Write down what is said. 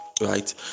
right